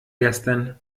gestern